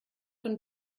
von